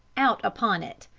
out upon it!